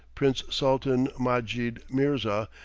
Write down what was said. prince sultan madjid mirza,